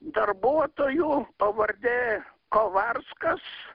darbuotoju pavardė kovarskas